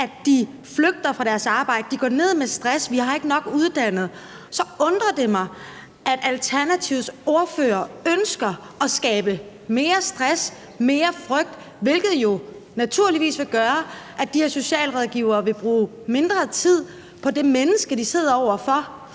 at de flygter fra deres arbejde, at de går ned med stress, og at vi ikke har nok uddannede. Og så undrer det mig, at Alternativets ordfører ønsker at skabe mere stress, mere frygt, hvilket jo naturligvis vil gøre, at de her socialrådgivere vil bruge mindre tid på det menneske, de sidder over for,